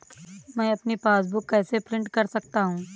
मैं अपनी पासबुक कैसे प्रिंट कर सकता हूँ?